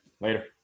Later